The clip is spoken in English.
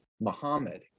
Muhammad